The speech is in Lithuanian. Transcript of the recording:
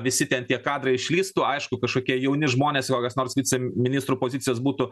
visi ten tie kadrai išlįstų aišku kažkokie jauni žmonės juokas nors viceministrų pozicijos būtų